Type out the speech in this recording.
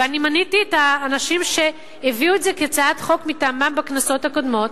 ומניתי את האנשים שהביאו את זה כהצעת חוק מטעמם בכנסות הקודמות.